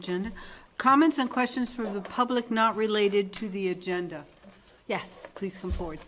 agenda comments and questions from the public not related to the agenda yes please put forward